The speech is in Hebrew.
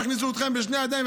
יכניסו אתכם בשתי ידיים,